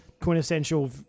quintessential